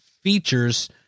features